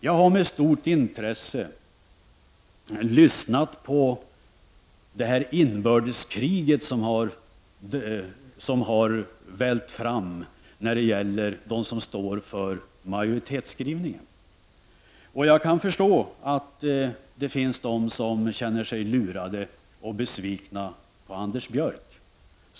Jag har med stort intresse lyssnat på det inbördeskrig som utbrutit bland dem som står för majoritetsskrivningen. Jag kan förstå att en del känner sig lurade av och besvikna på Anders Björck.